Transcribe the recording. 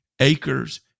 acres